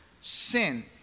sin